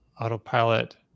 autopilot